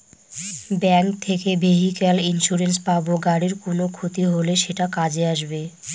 bank থেকে vehicle insurance পাব গাড়ির কোনো ক্ষতি হলে সেটা কাজে আসবে